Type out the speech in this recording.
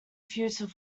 futile